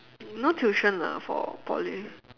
no tuition lah for poly